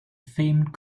famed